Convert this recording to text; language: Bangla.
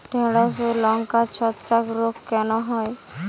ঢ্যেড়স ও লঙ্কায় ছত্রাক রোগ কেন হয়?